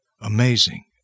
Amazing